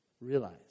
realize